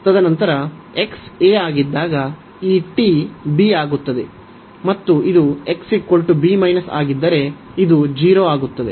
ತದನಂತರ x a ಆಗಿದ್ದಾಗ ಈ t b ಆಗುತ್ತದೆ ಮತ್ತು ಇದು ಆಗಿದ್ದರೆ ಇದು 0 ಆಗುತ್ತದೆ